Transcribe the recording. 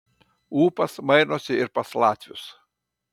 ūpas mainosi ir pas latvius